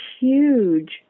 huge